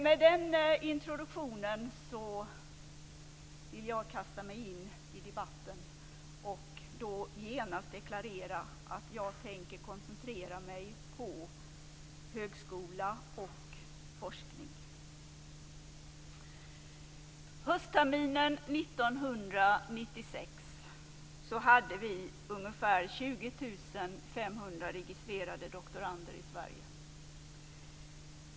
Med den introduktionen vill jag kasta mig in i debatten och genast deklarera att jag tänker koncentrera mig på högskola och forskning. Höstterminen 1996 hade vi ungefär 20 500 registrerade doktorander i Sverige.